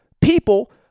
people